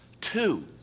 two